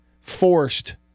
forced